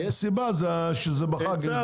הסיבה היא שזה בחג.